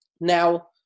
Now